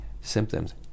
symptoms